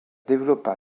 développa